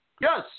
yes